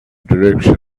direction